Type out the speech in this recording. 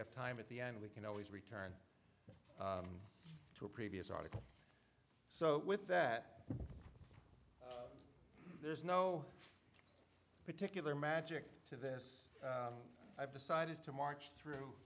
have time at the end we can always return to a previous article so with that there's no particular magic to this i've decided to march through